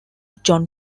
jon